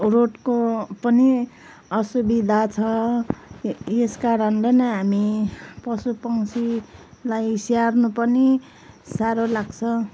रोडको पनि असुविधा छ यसकारण हामी पशु पक्षीलाई स्याहार्नु पनि साह्रो लाग्छ